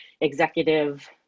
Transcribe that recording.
executive